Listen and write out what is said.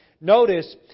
notice